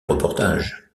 reportage